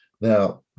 Now